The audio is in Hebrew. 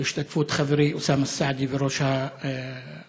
בהשתתפות חברי אוסאמה סעדי וראש המועצה,